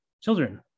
children